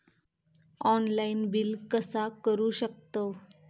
Online bill कसा करु शकतव?